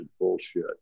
bullshit